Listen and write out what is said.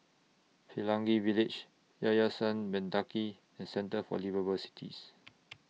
Pelangi Village Yayasan Mendaki and Centre For Liveable Cities